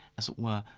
as it were,